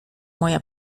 moja